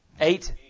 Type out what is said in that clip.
Eight